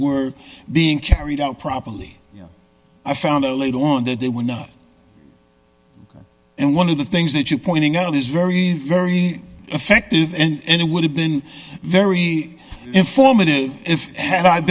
were being carried out properly i found out later on that they were not and one of the things that you pointing out is very very effective and it would have been very informative if had i